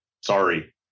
sorry